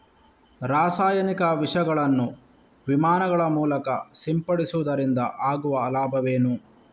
ರಾಸಾಯನಿಕ ವಿಷಗಳನ್ನು ವಿಮಾನಗಳ ಮೂಲಕ ಸಿಂಪಡಿಸುವುದರಿಂದ ಆಗುವ ಲಾಭವೇನು?